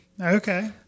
Okay